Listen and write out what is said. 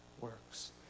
works